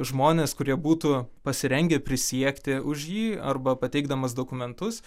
žmones kurie būtų pasirengę prisiekti už jį arba pateikdamas dokumentus